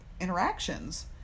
interactions